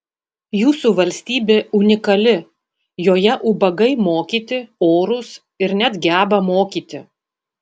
jūsų valstybė unikali joje ubagai mokyti orūs ir net geba mokyti